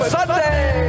Sunday